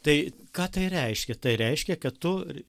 tai ką tai reiškia tai reiškia kad tu